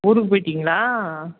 ஊருக்கு போய்விட்டிங்களா